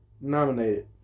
nominated